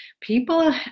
People